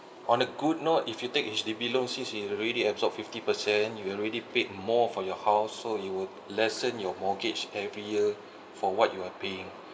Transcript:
on a good note if you take H_D_B loan since it already absorbed fifty percent you already paid more for your house so it would lessen your mortgage every year for what you are paying